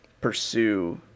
pursue